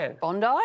Bondi